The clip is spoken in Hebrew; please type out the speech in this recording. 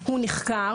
הוא נחקר